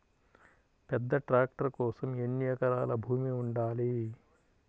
పెద్ద ట్రాక్టర్ కోసం ఎన్ని ఎకరాల భూమి ఉండాలి?